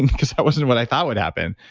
because that wasn't what i thought would happen